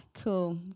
cool